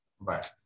Bye